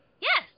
Yes